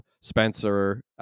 Spencer